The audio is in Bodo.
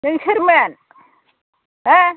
नों सोरमोन हो